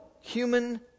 human